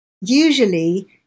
usually